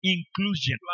Inclusion